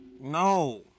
no